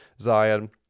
Zion